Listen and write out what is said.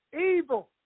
evil